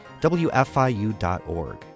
wfiu.org